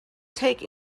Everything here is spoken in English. take